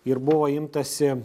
ir buvo imtasi